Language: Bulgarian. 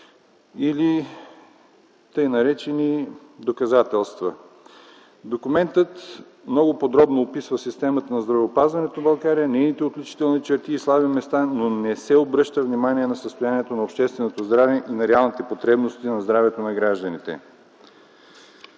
или така наречени доказателства. Документът много подробно описва системата на здравеопазването в България, нейните отличителни черти и слаби места, но не се обръща внимание на състоянието на общественото здраве и на реалните потребности на здравето на гражданите.